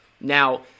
Now